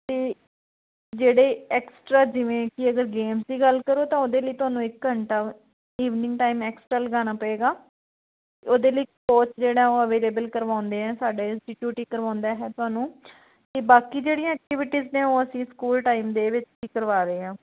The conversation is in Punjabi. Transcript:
ਅਤੇ ਜਿਹੜੇ ਐਕਸਟਰਾ ਜਿਵੇਂ ਕਿ ਅਗਰ ਗੇਮਸ ਦੀ ਗੱਲ ਕਰੋ ਤਾਂ ਉਹਦੇ ਲਈ ਤੁਹਾਨੂੰ ਇੱਕ ਘੰਟਾ ਈਵਨਿੰਗ ਟਾਈਮ ਐਕਸਟਰਾ ਲਗਾਣਾ ਪਏਗਾ ਉਹਦੇ ਲਈ ਕੋਰਸ ਜਿਹੜਾ ਉਹ ਅਵੇਲੇਬਲ ਕਰਵਾਉਂਦੇ ਆ ਸਾਡੇ ਇੰਸਟੀਟਿਊਟ ਹੀ ਕਰਵਾਉਂਦਾ ਹੈ ਤੁਹਾਨੂੰ ਅਤੇ ਬਾਕੀ ਜਿਹੜੀਆਂ ਐਕਟੀਵੀਟਿਜ਼ ਨੇ ਉਹ ਅਸੀਂ ਸਕੂਲ ਟਾਈਮ ਦੇ ਵਿੱਚ ਹੀ ਕਰਵਾ ਰਹੇ ਹਾਂ